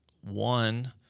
One